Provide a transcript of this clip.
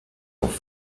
off